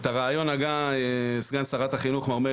את הרעיון הגה סגן שרת החינוך מר מאיר